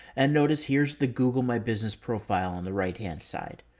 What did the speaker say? and notice here's the google my business profile on the right hand side.